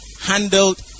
handled